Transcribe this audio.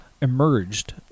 emerged